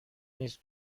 نیس